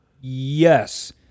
Yes